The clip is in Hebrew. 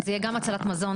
זה יהיה גם הצלת מזון,